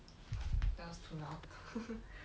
that's too loud